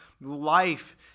life